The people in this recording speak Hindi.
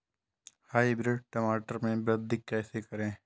हाइब्रिड टमाटर में वृद्धि कैसे करें?